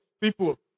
people